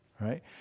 right